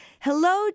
Hello